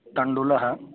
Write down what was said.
तण्डुलः